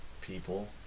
people